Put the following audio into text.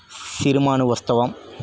సిరిమాను ఉస్తవం